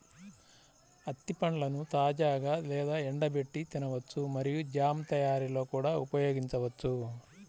అత్తి పండ్లను తాజాగా లేదా ఎండబెట్టి తినవచ్చు మరియు జామ్ తయారీలో కూడా ఉపయోగించవచ్చు